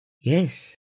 Yes